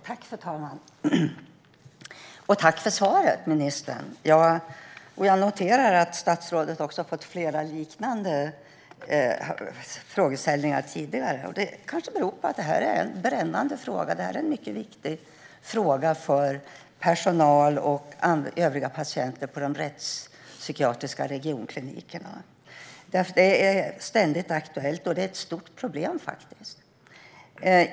Fru talman! Tack för svaret, ministern! Jag noterar att statsrådet fått flera liknande frågor tidigare, och det kanske beror på att detta är en mycket viktig fråga för personal och övriga patienter på de rättspsykiatriska regionklinikerna. Det är ett stort och ständigt aktuellt problem.